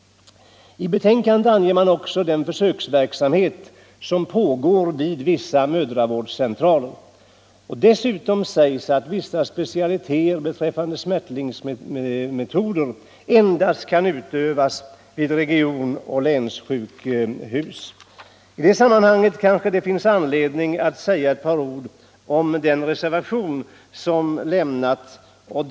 I betänkandet framhålls också den försöksverksamhet som pågår vid vissa mödravårdscentraler. Dessutom sägs att vissa specialiteter beträffande smärtlindringsmetoder endast kan utövas vid regionoch länssjukhus. I det sammanhanget kanske det finns anledning att säga några ord om den reservation som har avgivits.